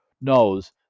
knows